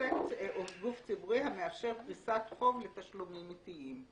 עוסק או גוף ציבורי המאפשר פריסת חוב לתשלומים עיתיים.